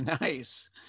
nice